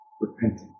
repentance